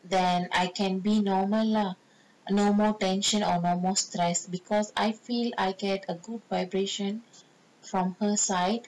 then I can be normal lah no more tension or no more stress because I feel I get a good vibration from her side